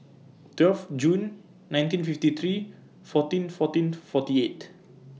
twelve June nineteen fifty three fourteen fourteen forty eight